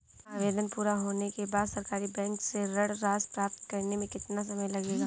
आवेदन पूरा होने के बाद सरकारी बैंक से ऋण राशि प्राप्त करने में कितना समय लगेगा?